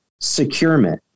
securement